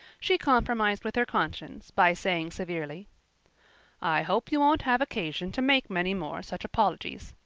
she compromised with her conscience by saying severely i hope you won't have occasion to make many more such apologies.